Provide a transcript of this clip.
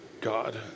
God